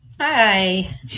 Hi